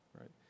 right